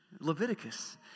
Leviticus